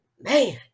man